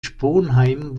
sponheim